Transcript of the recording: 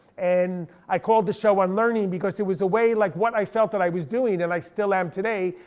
and i called the show unlearning because it was a way, like what i felt that i was doing, and i still am today.